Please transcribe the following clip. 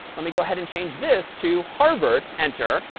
let me go ahead and change this to harvard, enter.